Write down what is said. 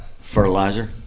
Fertilizer